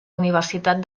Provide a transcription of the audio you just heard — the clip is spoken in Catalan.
universitat